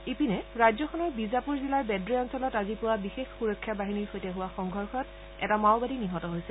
ইপিনে ৰাজ্যখনৰ বিজাপুৰ জিলাৰ বেড়ে অঞ্চলত আজি পুৱা বিশেষ সুৰক্ষা বাহিনীৰ সৈতে হোৱা সংঘৰ্ষত এটা মাওবাদী নিহত হৈছে